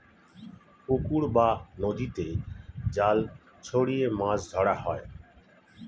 পুকুর বা নদীতে জাল ছড়িয়ে মাছ ধরা হয়